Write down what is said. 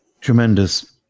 tremendous